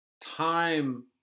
time